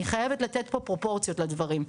אני חייבת לתת פה פרופורציות לדברים,